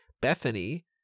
Bethany